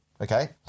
Okay